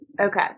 Okay